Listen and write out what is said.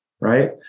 Right